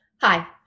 Hi